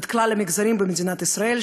את כלל המגזרים במדינת ישראל,